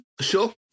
Sure